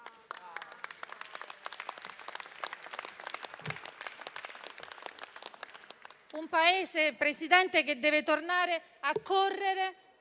Un Paese, Presidente, che deve tornare a correre